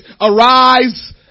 arise